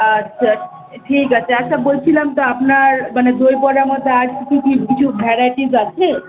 আচ্ছা ঠিক আছে আচ্ছা বলছিলাম তো আপনার মানে দইবড়ার মধ্যে আর কি কি কিছু ভ্যারাইটিস আছে